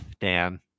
Dan